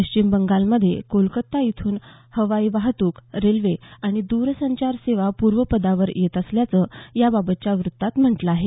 पश्चिम बंगालमध्येही कोलकाता इथून हवाई वाहतूक रेल्वे आणि द्रसंचार सेवा पूर्वपदावर येत असल्याचं याबाबतच्या व्त्तात म्हटलं आहे